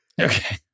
Okay